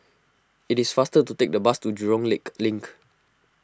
it is faster to take the bus to Jurong Lake Link